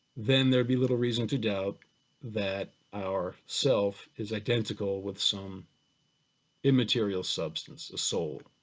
then there'd be little reason to doubt that our self is identical with some immaterial substance, a soul.